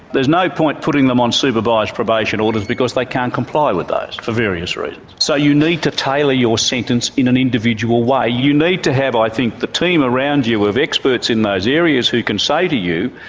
there's no point putting them on supervised probation orders because they like can't comply with those for various reasons. so you need to tailor your sentence in an individual way. you need to have i think the team around you of experts in those areas who can say to you,